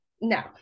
No